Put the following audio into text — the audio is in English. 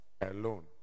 alone